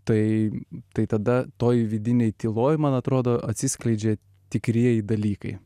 tai tai tada toj vidinėj tyloj man atrodo atsiskleidžia tikrieji dalykai